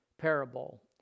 parable